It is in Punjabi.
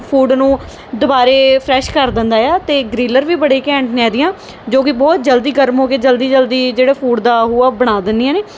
ਫੂਡ ਨੂੰ ਦੁਬਾਰਾ ਫਰੈਸ਼ ਕਰ ਦਿੰਦਾ ਆ ਅਤੇ ਗਰੀਲਰ ਵੀ ਬੜੇ ਘੈਂਟ ਨੇ ਇਹਦੀਆਂ ਜੋ ਕਿ ਬਹੁਤ ਜਲਦੀ ਗਰਮ ਹੋ ਕੇ ਜਲਦੀ ਜਲਦੀ ਜਿਹੜਾ ਫੂਡ ਦਾ ਉਹ ਆ ਬਣਾ ਦਿੰਦੀਆਂ ਨੇ